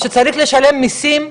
כשצריך לשלם מיסים,